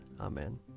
Amen